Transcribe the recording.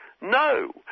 no